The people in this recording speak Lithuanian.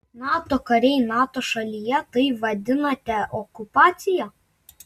nato kariai nato šalyje tai vadinate okupacija